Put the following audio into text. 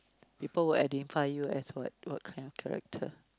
people will identify you as what what kind of character